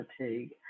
fatigue